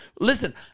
Listen